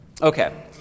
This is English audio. Okay